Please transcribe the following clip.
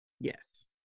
Yes